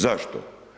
Zašto?